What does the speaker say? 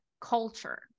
culture